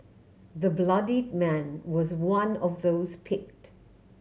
the bloodied man was one of those picked